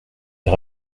des